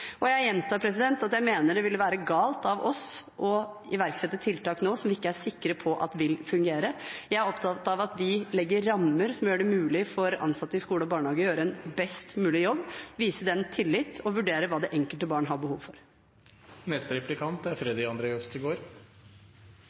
Og jeg gjentar at jeg mener det ville være galt av oss å iverksette tiltak nå som vi ikke er sikre på at vil fungere. Jeg er opptatt av at vi legger rammer som gjør det mulig for ansatte i skole og barnehage å gjøre en best mulig jobb, vise dem tillit og vurdere hva det enkelte barn har behov